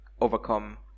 overcome